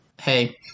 hey